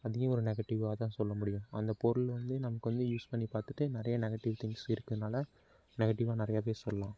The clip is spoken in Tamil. அதையும் ஒரு நெகட்டிவ்வாக தான் சொல்ல முடியும் அந்த பொருள் வந்து நமக்கு வந்து யூஸ் பண்ணி பார்த்துட்டு நிறைய நெகட்டிவ் திங்க்ஸ் இருக்கிறனால நெகட்டிவ்வாக நிறையாவே சொல்லலாம்